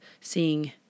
seeing